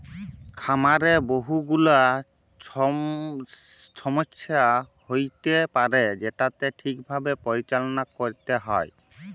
খামারে বহু গুলা ছমস্যা হ্য়য়তে পারে যেটাকে ঠিক ভাবে পরিচাললা ক্যরতে হ্যয়